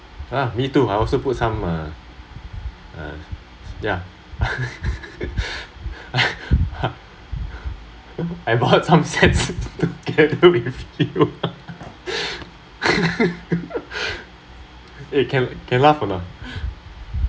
!huh! me too I also put some uh uh ya I I bought some together with you eh can can laugh or not